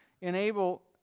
enable